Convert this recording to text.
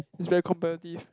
is very competitive